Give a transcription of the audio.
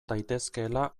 daitezkeela